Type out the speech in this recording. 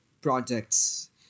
projects